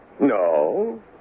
No